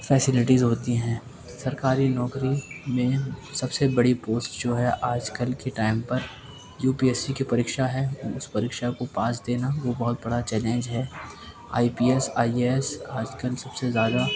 facilities ہوتی ہیں سرکاری نوکری میں سب سے بڑی پوسٹ جو ہے آج کل کے ٹائم پر یو پی ایس سی كی پریكشا ہے اس پریکشا کو پاس دینا وہ بہت بڑا چیلنج ہے I P S I A S آج کل سب سے زیادہ